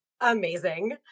Amazing